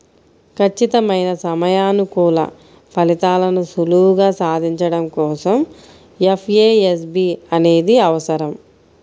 ఖచ్చితమైన సమయానుకూల ఫలితాలను సులువుగా సాధించడం కోసం ఎఫ్ఏఎస్బి అనేది అవసరం